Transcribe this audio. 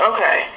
Okay